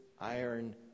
iron